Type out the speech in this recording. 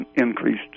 increased